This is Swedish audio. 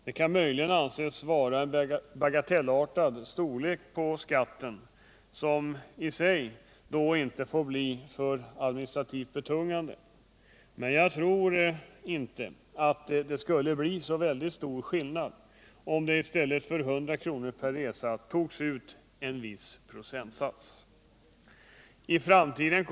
Det kan möjligen anses vara en bagatellartad storlek på skatten, som i sig inte får bli för administrativt betungande, men jag tror inte att det skulle bli så stor skillnad, om det i stället togs ut en viss procentsats.